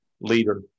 leader